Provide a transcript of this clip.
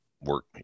work